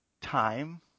time